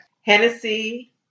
Hennessy